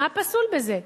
מה פסול בזה?